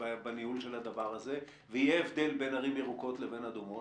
בניהול של הדבר הזה ויהיה הבדל בין ערים ירוקות לבין ערים אדומות,